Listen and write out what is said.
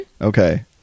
okay